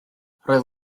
roedd